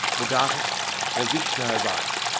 vedantist or vaishnavite.